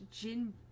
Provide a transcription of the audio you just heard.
gin